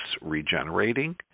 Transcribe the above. regenerating